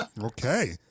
okay